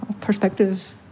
perspective